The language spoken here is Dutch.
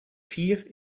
vier